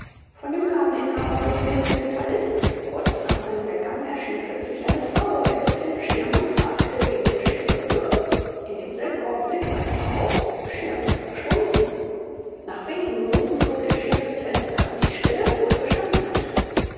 von dem ladeninhaber wurde mir mitgeteilt kurz nach meinem weggang erschien plötzlich eine frau ergriff den schirm und fragte wem der schirm gehöre in demselben augenblick war die frau mit dem schirm verschwunden nach wenigen minuten flog der schirm durchs fenster an die stelle wo er gestanden hatte